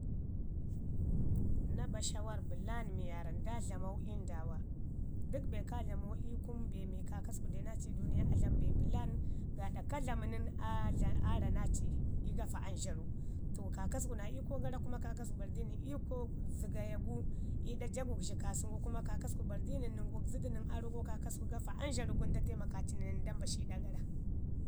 Na ba shawarr bəlam mii waarra nda dlaman ii ndama, dək be kaa dlamau ii kun be mii kaakasku deu naa ci ii kunu duuniya, a dlami be bəlam gaaɗa ka dlamu nən aa dlan aa ra naa ci ii gafa anzhara. To kaakasku naa iiko gara kuma kaakasku bari di nən iiko zəgaya gu iiɗa ja gugzhi kaasə gu kuma kaakasku bari di nən nən gugzu du nən aa roƙo kaakasku gafa amzharu gun da taimakaaci nən da mbashi ii ɗa gara.